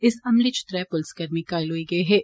इस हमले च त्रै पुलसकर्मी घायल होई थे हे